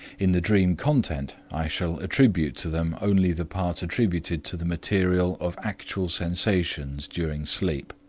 in the dream content i shall attribute to them only the part attributed to the material of actual sensations during sleep.